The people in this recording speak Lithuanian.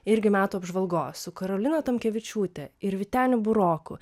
irgi metų apžvalgos su karolina tamkevičiūte ir vyteniu buroku